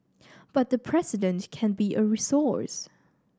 but the President can be a resource